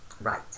Right